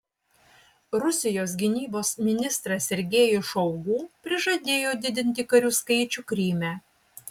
rusijos gynybos ministras sergejus šoigu prižadėjo didinti karių skaičių kryme